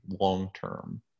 long-term